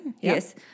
Yes